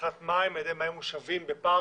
צריכת מים על ידי מים מושבים בפארקים,